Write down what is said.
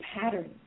patterns